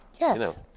Yes